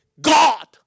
God